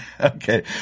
Okay